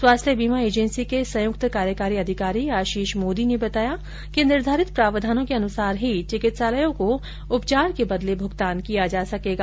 स्वास्थ्य बीमा एजेंसी के संयुक्त कार्यकारी अधिकारी आशीष मोदी ने बताया कि निर्धारित प्रावधानों के अनुसार ही चिकित्सालयों को उपचार के बदले भुगतान किया जा सकेगा